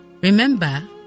remember